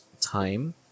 Time